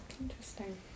Interesting